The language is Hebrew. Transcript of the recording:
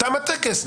תם הטקס.